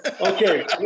Okay